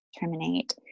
terminate